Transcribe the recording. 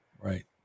right